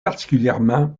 particulièrement